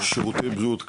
שירותי בריאות כללית,